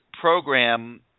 program